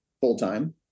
full-time